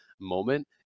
moment